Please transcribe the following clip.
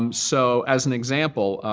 um so as an example,